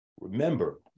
Remember